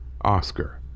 Oscar